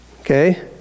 Okay